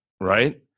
right